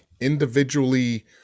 individually